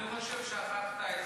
אני חושב ששכחת את